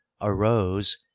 arose